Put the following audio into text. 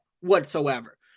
whatsoever